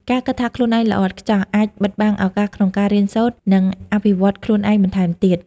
ការគិតថាខ្លួនឯងល្អឥតខ្ចោះ អាចបិទបាំងឱកាសក្នុងការរៀនសូត្រ និងអភិវឌ្ឍន៍ខ្លួនឯងបន្ថែមទៀត។